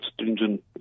stringent